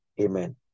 amen